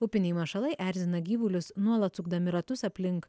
upiniai mašalai erzina gyvulius nuolat sukdami ratus aplink